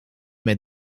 met